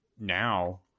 now